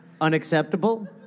Unacceptable